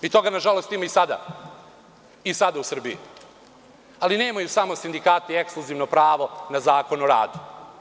I toga je bilo i toga na žalost ima sada u Srbiji, ali nemaju samo sindikati ekskluzivno pravo na Zakon o radu.